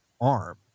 arm